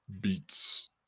beats